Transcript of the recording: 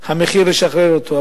המחיר לשחרר אותו,